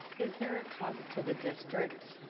is there a cost to the district